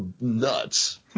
nuts